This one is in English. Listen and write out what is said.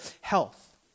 health